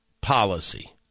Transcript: policy